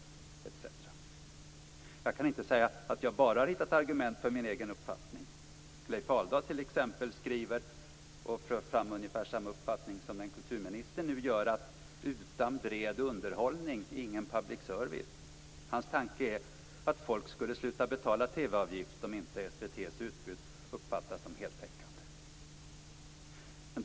Jag kan inte säga att jag bara har hittat argument för min egen uppfattning. Leif Aldal för t.ex. fram ungefär samma uppfattning som kulturministern. Han skriver "utan bred underhållning ingen public service". Hans tanke är att folk skulle sluta betala TV avgift om inte SVT:s utbud uppfattades som heltäckande.